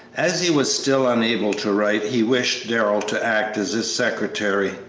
as he was still unable to write, he wished darrell to act as his secretary,